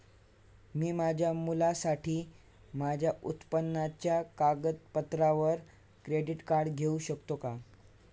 मी माझ्या मुलासाठी माझ्या उत्पन्नाच्या कागदपत्रांवर क्रेडिट कार्ड घेऊ शकतो का?